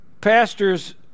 pastors